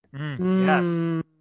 Yes